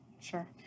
Sure